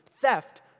theft